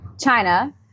China